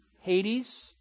hades